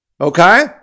Okay